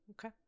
okay